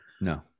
No